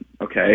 okay